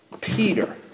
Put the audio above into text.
Peter